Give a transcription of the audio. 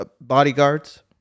bodyguards